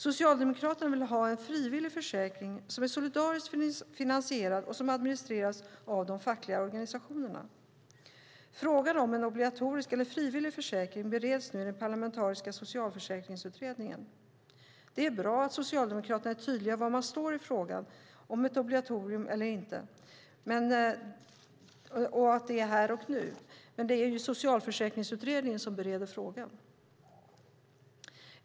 Socialdemokraterna vill ha en frivillig försäkring som är solidariskt finansierad och som administreras av de fackliga organisationerna. Frågan om obligatorisk eller frivillig försäkring bereds nu i den parlamentariska Socialförsäkringsutredningen. Det är ju bra att Socialdemokraterna här och nu är tydliga med var man står i frågan om ett obligatorium, men det är Socialförsäkringsutredningen som bereder frågan.